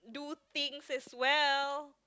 do things as well